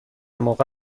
موقع